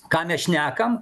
ką mes šnekam